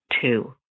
two